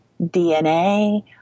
DNA